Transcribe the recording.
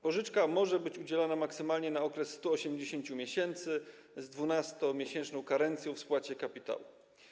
Pożyczka może być udzielana maksymalnie na okres 180 miesięcy, z 12-miesięczną karencją w spłacie kapitału.